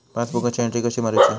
पासबुकाची एन्ट्री कशी मारुची हा?